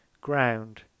ground